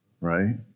Right